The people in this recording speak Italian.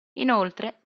inoltre